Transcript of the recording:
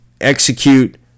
execute